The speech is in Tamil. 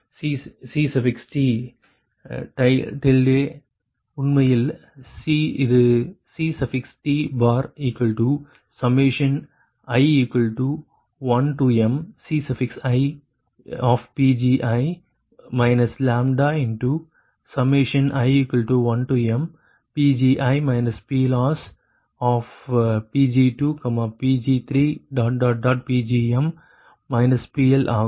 C T டில்டே உண்மையில் இது CTi1mCiPgi λi1mPgi PLossPg2Pg3Pgm PL ஆகும்